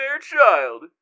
Fairchild